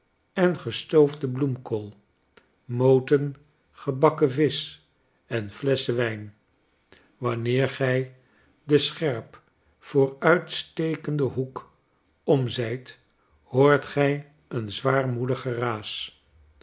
en gestoofde bloemkool mooten gebakken visch en flesschen wijn wanneer gij den scherp vooruitstekenden hoek om zijt hoort gij een zwaarmoedig geraas